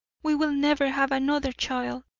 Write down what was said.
we will never have another child.